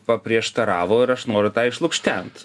paprieštaravo ir aš noriu tą išlukštent